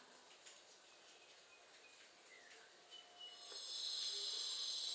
here